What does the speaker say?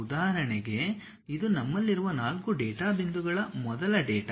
ಉದಾಹರಣೆಗೆ ಇದು ನಮ್ಮಲ್ಲಿರುವ 4 ಡೇಟಾ ಬಿಂದುಗಳ ಮೊದಲ ಡೇಟಾ